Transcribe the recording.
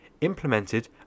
implemented